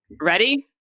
Ready